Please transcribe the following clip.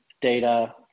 data